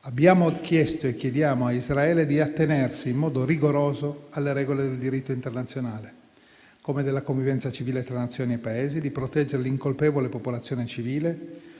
abbiamo chiesto e chiediamo a Israele di attenersi in modo rigoroso alle regole del diritto internazionale, come della convivenza civile tra Nazioni e Paesi, di proteggere l'incolpevole popolazione civile,